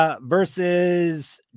versus